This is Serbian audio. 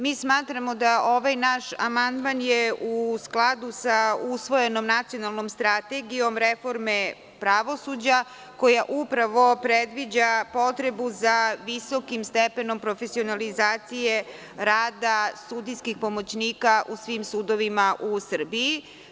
Mi smatramo da je ovaj naš amandman u skladu sa usvojenom Nacionalnom strategijom reforme pravosuđa, koja upravo predviđa potrebu za visokim stepenom profesionalizacije rada sudijskih pomoćnika u svim sudovima u Srbiji.